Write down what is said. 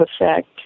effect